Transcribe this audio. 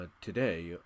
today